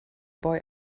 boy